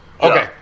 Okay